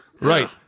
Right